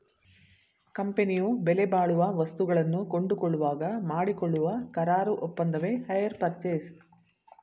ಕಂಪನಿಯು ಬೆಲೆಬಾಳುವ ವಸ್ತುಗಳನ್ನು ಕೊಂಡುಕೊಳ್ಳುವಾಗ ಮಾಡಿಕೊಳ್ಳುವ ಕರಾರು ಒಪ್ಪಂದವೆ ಹೈರ್ ಪರ್ಚೇಸ್